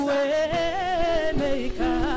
Waymaker